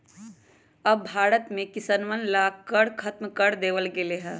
अब भारत में किसनवन ला कर खत्म कर देवल गेले है